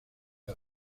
del